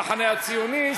המחנה הציוני,